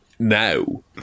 Now